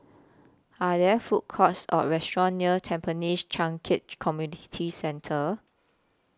Are There Food Courts Or restaurants near Tampines Changkat Community Centre